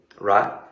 right